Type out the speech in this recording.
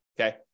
okay